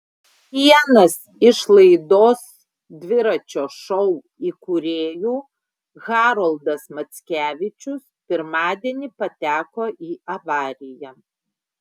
vienas iš laidos dviračio šou įkūrėjų haroldas mackevičius pirmadienį pateko į avariją